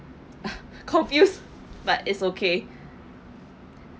confused but it's okay